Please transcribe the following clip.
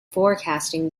forecasting